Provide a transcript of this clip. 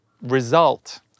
result